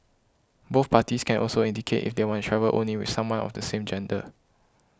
both parties can also indicate if they want to travel only with someone of the same gender